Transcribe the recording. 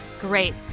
Great